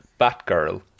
Batgirl